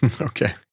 Okay